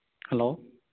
hello